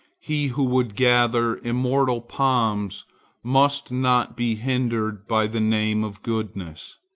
he who would gather immortal palms must not be hindered by the name of goodness,